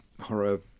horror